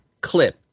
Clip